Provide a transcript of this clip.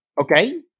okay